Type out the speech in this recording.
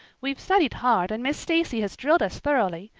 we've studied hard and miss stacy has drilled us thoroughly,